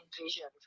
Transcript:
envisioned